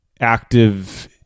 active